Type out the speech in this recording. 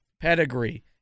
pedigree